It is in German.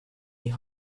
die